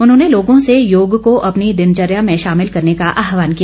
उन्होंने लोगों से योग को अपनी दिनचर्या में शामिल करने का आहवान किया